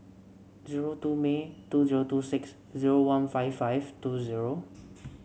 zero two May two zero two six zero one five five two zero